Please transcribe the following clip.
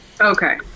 Okay